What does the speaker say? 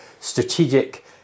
strategic